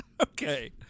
Okay